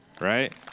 right